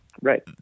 Right